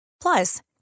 Plus